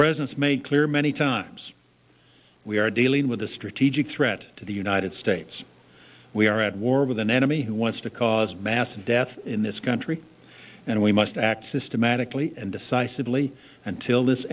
president's made clear many times we are dealing with a strategic threat to the united states we are at war with an enemy who wants to cause mass death in this country and we must act systematically and decisively until this